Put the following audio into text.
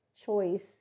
choice